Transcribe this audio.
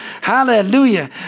Hallelujah